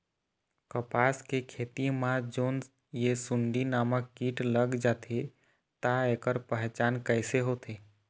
कपास के खेती मा जोन ये सुंडी नामक कीट लग जाथे ता ऐकर पहचान कैसे होथे?